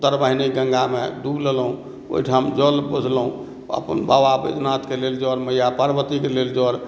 उत्तरवाहिनी गंगा मे डूब लेलहुॅं ओहिठाम जल बोझलहुॅं अपन बाबा वैद्यनाथ के लेल जल मैया पार्वती के लेल जल